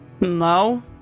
No